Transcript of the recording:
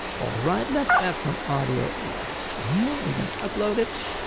all right, let's add some audio right here, we're going to upload it.